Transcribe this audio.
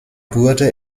wurde